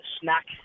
snack